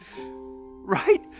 right